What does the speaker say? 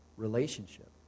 relationship